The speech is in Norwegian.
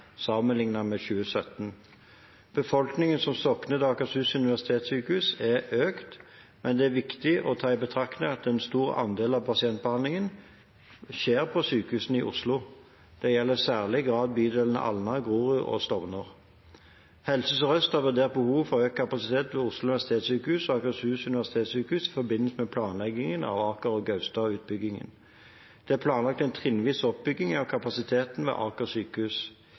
med 2017. Befolkningen som sokner til Akershus universitetssykehus, er økt, men det er viktig å ta i betraktning at en stor andel av pasientbehandlingen skjer på sykehusene i Oslo. Det gjelder i særlig grad bydelene Alna, Grorud og Stovner. Helse Sør-Øst har vurdert behovet for økt kapasitet ved Oslo universitetssykehus og Akershus universitetssykehus i forbindelse med planleggingen av Aker og Gaustad-utbyggingen. Det er planlagt en trinnvis oppbygging av kapasiteten ved Aker sykehus.